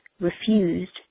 refused